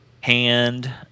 Hand